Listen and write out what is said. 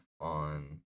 on